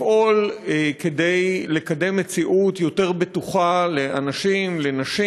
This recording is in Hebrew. לפעול כדי לקדם מציאות בטוחה יותר לאנשים, לנשים,